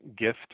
gift